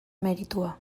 meritua